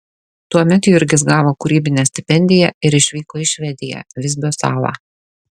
tuomet jurgis gavo kūrybinę stipendiją ir išvyko į švediją visbio salą